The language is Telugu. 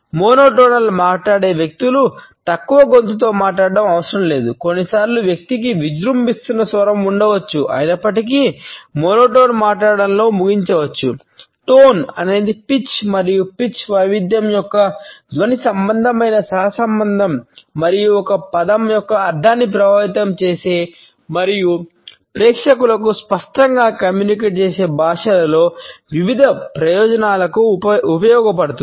మోనోటోన్లో చేసే భాషలలో వివిధ ప్రయోజనాలకు ఉపయోగపడుతుంది